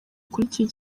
ukurikire